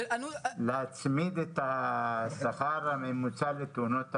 להצמיד את השכר הממוצע לתאונות עבודה.